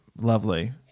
lovely